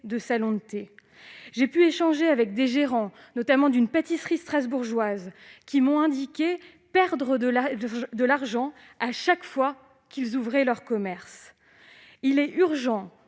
de salon de thé. J'ai notamment pu échanger avec les gérants d'une pâtisserie strasbourgeoise, qui m'ont indiqué perdre de l'argent à chaque fois qu'ils ouvraient leur commerce. Il est urgent